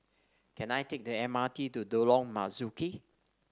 can I take the M R T to Lorong Marzuki